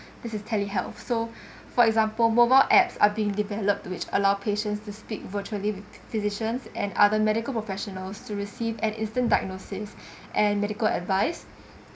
this is tele health so for example mobile apps are being developed which allow patients to speak virtually with physicians and other medical professionals to receive an instant diagnosis and medical advice